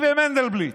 היא ומנדלבליט,